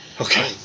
Okay